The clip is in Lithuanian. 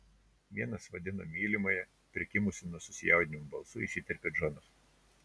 vienas vadino mylimąja prikimusiu nuo susijaudinimo balsu įsiterpia džonas